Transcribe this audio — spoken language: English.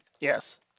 Yes